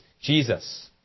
Jesus